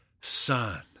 son